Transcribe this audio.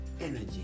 energy